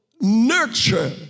nurture